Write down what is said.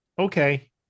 okay